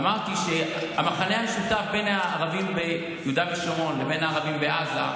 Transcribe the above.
אמרתי שהמכנה המשותף בין הערבים ביהודה ושומרון לבין הערבים בעזה,